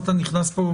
לא.